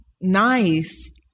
nice